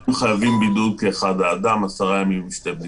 הם חייבים בידוד כאחד האדם עשרה ימים ושתי בדיקות.